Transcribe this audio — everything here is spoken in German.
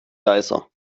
leiser